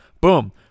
boom